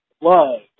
love